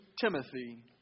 Timothy